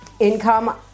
Income